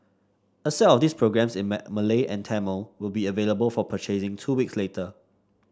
a set of these programmes in my Malay and Tamil will be available for purchasing two weeks later